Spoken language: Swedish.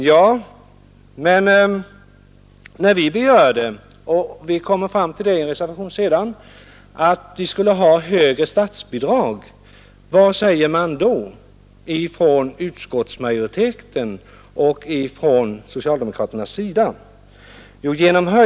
Ja, men när vi begärde, som vi sedan också gjort i en reservation, att de skulle ha högre statsbidrag, vad sade man då från utskottsmajoriteten och från socialdemokraterna?